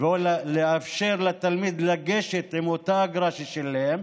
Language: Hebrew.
או לאפשר לתלמיד לגשת עם אותה אגרה ששילם,